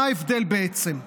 מה ההבדל, בעצם?